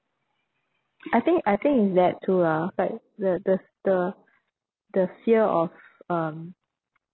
I think I think is that too lah like the the the the fear of um